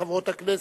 חברות הכנסת,